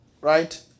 right